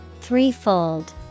Threefold